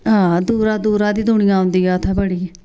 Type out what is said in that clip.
आं दूरा दूरा दी दूनिया औंदी ऐ बड़ी